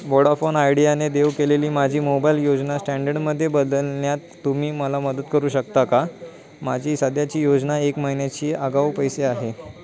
Vodafone आयडियाने देऊ केलेली माझी मोबाईल योजना स्टँडर्डमध्ये बदलण्यात तुम्ही मला मदत करू शकता का माझी सध्याची योजना एक महिन्याची आगाऊ पैसे आहे